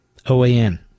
OAN